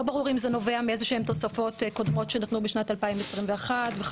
לא ברור אם זה נובע מאיזשהן תוספות קודמות שנתנו בשנת 2021 וכדומה.